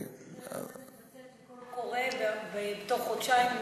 זה כבר קורה, בתוך חודשיים.